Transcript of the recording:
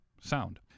sound